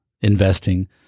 investing